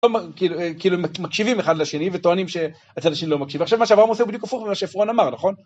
כאילו, מקשיבים אחד לשני, וטוענים שהצד השני לא מקשיב, עכשיו מה שאברהם עושה הוא בדיוק הופך ממה שעפרון אמר נכון?